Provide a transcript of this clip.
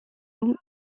sous